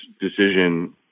decision